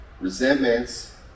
Resentments